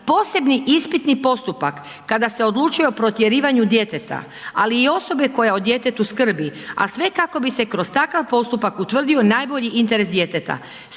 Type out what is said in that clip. posebni ispitni postupak kada se odlučuje o protjerivanju djeteta, ali i osobe koja o djetetu skrbi, a sve kako bi se kroz takav postupak utvrdio najbolji interes djeteta.